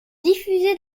diffusées